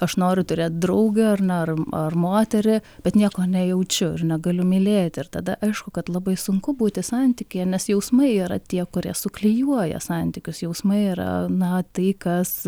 aš noriu turėt draugę ar na ar ar moterį bet nieko nejaučiu ir negaliu mylėti ir tada aišku kad labai sunku būti santykyje nes jausmai yra tie kurie suklijuoja santykius jausmai yra na tai kas